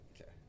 Okay